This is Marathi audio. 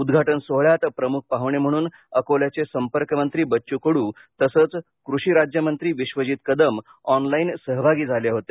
उद्घाटन सोहळ्यात प्रमुख पाहणे म्हणून अकोल्याचे संपर्कमंत्री बच्च् कड्र तसंच कृषी राज्यमंत्री विश्वजीत कदम ऑनलाईन सहभागी झाले होते